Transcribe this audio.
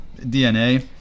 DNA